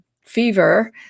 fever